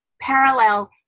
parallel